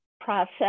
process